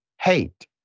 hate